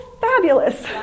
fabulous